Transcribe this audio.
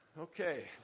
Okay